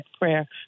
prayer